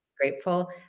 Grateful